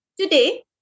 Today